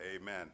Amen